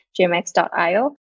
gmx.io